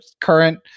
current